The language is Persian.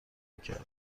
میکردن